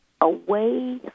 away